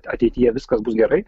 ateityje viskas bus gerai